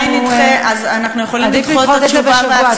עדיף לדחות את זה בשבוע.